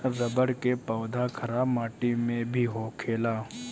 रबड़ के पौधा खराब माटी में भी होखेला